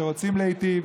שרוצים להיטיב,